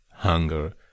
hunger